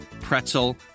pretzel